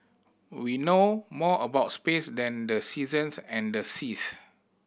we know more about space than the seasons and the seas